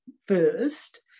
first